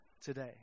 today